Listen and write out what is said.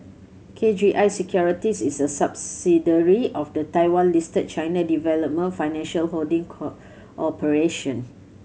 K G I Securities is a subsidiary of the Taiwan Listed China Development Financial Holding Corporation